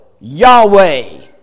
Yahweh